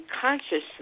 consciousness